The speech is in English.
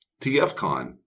TFCon